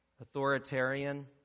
authoritarian